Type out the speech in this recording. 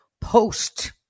post